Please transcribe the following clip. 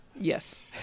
Yes